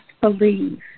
believe